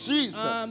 Jesus